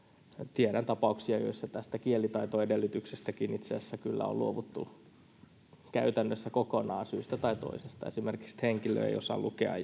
tiedän tapauksia joissa tästä kielitaitoedellytyksestäkin itse asiassa kyllä on luovuttu käytännössä kokonaan syystä tai toisesta esimerkiksi että henkilö ei osaa lukea